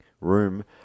room